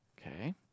Okay